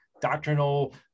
doctrinal